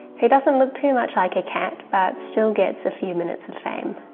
who doesn't look too much like a cat but still gets a few minutes of fame.